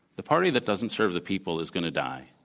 the party that doesn't serve the people is going to die.